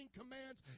commands